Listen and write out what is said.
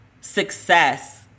success